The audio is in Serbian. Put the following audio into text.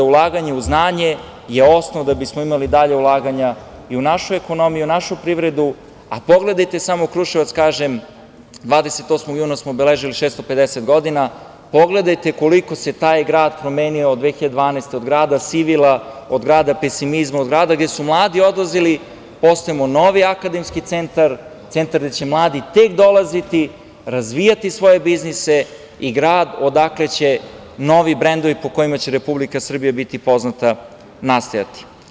Ulaganje u znanje je osnov da bismo imali dalje ulaganje u našu ekonomiju, našu privredu, a pogledajte samo Kruševac, kažem, 28. juna smo obeležili 650 godina, pogledajte koliko se taj grad promenio od 2012. godine, od grada sivila, od grada pesimizma, od grada gde su mladi odlazili, postajemo novi akademski centar, centar gde će mladi tek dolaziti, razvijati svoje biznise i grad odakle će novi brendovi, po kojima će Republika Srbija biti poznati, nastajati.